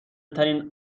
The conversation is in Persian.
ترین